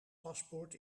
paspoort